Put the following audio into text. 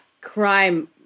crime-